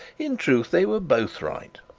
in truth they were both right.